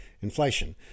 inflation